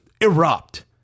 erupt